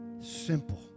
Simple